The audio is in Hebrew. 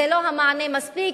זה לא מענה מספיק,